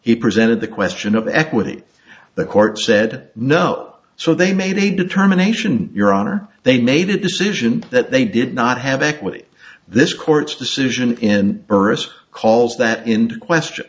he presented the question of equity the court said no so they made a determination your honor they made a decision that they did not have equity this court's decision and burress calls that into question